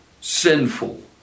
sinful